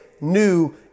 new